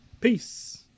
Peace